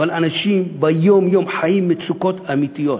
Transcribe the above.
אנשים ביום-יום חיים במצוקות אמיתיות.